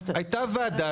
הייתה ועדת